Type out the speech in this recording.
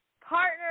partner